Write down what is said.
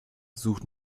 sucht